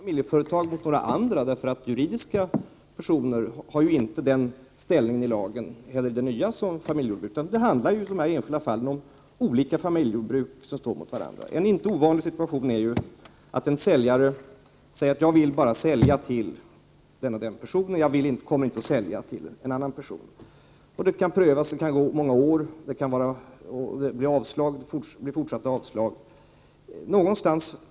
Herr talman! Det handlar förvisso inte om familjeföretag mot några andra, eftersom juridiska personer inte har samma ställning som familjejordbruken i den nya lagen, utan i de enskilda fallen handlar det om olika familjejordbruk som står mot varandra. En inte ovanlig situation är ju att en säljare säger att han vill sälja endast till en viss person och att han inte kommer att sälja till någon annan. Detta blir då föremål för prövning, och det kan gå många år på grund av avslag.